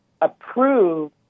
approve